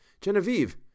Genevieve